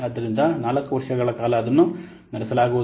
ಆದ್ದರಿಂದ 4 ವರ್ಷಗಳ ಕಾಲ ಅದನ್ನು ನಡೆಸಲಾಗುವುದು